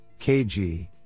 KG